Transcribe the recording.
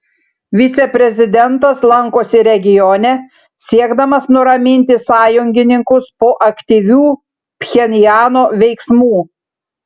viceprezidentas lankosi regione siekdamas nuraminti sąjungininkus po aktyvių pchenjano veiksmų